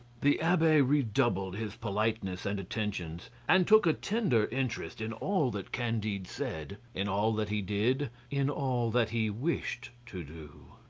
the abbe redoubled his politeness and attentions, and took a tender interest in all that candide said, in all that he did, in all that he wished to do.